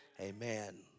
amen